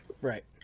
Right